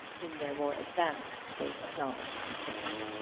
in their more advanced state of knowledge and taste.